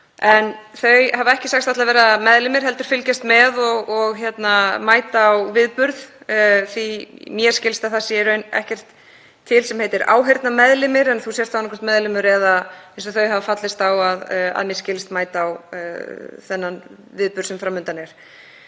Þeir hafa ekki sagst ætla að vera meðlimir heldur fylgjast með og mæta á viðburð því að mér skilst að það sé í raun ekkert til sem heitir áheyrnarmeðlimir, að þú sért annaðhvort meðlimur eða, eins og þau hafa fallist á, að mér skilst, að þú mætir á þennan viðburð sem fram undan er.